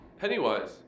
Pennywise